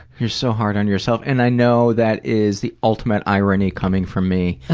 you're so hard on yourself, and i know that is the ultimate irony coming from me.